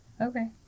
Okay